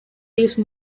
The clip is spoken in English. these